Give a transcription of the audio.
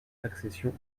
accession